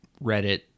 Reddit